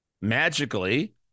magically